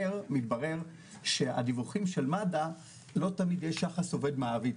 מתברר שהדיווחים של מ"א לא תמיד יש יחס עובד מעביד.